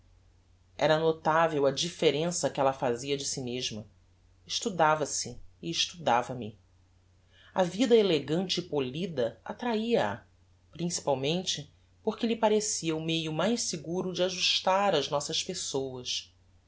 era notavel a differença que ella fazia de si mesma estudava se e estudava me a vida elegante e polida attrahia a principalmente porque lhe parecia o meio mais seguro de ajustar as nossas pessoas